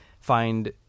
find